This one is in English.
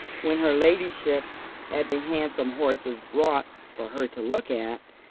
when her ladyship had the handsome horses brought for her to look at,